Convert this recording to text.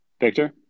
Victor